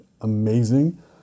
amazing